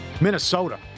Minnesota